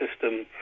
system